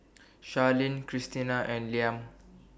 Sharyn Krystina and Liam